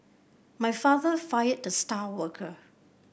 my father fired the star worker